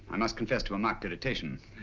and must confess to a mark irritation.